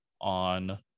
on